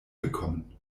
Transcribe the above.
bekommen